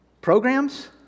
Programs